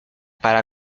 para